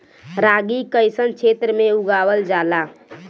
रागी कइसन क्षेत्र में उगावल जला?